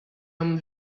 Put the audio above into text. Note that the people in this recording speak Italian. home